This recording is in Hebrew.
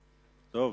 ההמלצה.